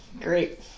Great